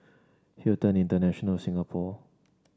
Hilton International Singapore